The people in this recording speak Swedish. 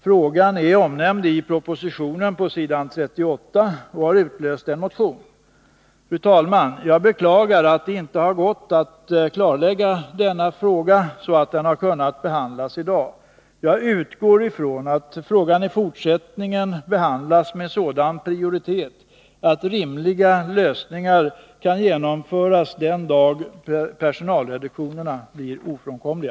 Frågan är omnämnd i propositionen på s. 38 och har utlöst en motion. Fru talman! Jag beklagar att det inte har gått att klarlägga denna fråga så att den kunde behandlas i dag. Jag utgår från att frågan i fortsättningen behandlas med sådan prioritet, att rimliga lösningar kan genomföras den dag personalreduktionerna blir ofrånkomliga.